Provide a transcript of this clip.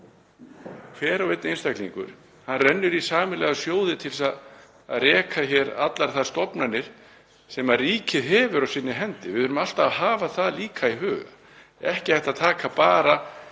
hver og einn einstaklingur. Hann rennur í sameiginlega sjóði til þess að reka hér allar þær stofnanir sem ríkið hefur á sinni hendi. Við verðum alltaf að hafa það líka í huga að ekki er hægt að taka bara